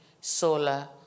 solar